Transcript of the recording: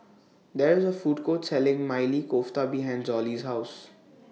There IS A Food Court Selling Maili Kofta behind Zollie's House